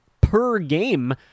per-game